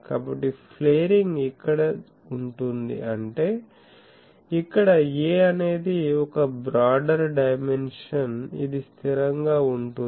కాబట్టి ఫ్లేరింగ్ ఇక్కడ ఉంటుంది అంటే ఇక్కడ a అనేది ఒక బ్రాడర్ డైమెన్షన్స్ ఇది స్థిరంగా ఉంటుంది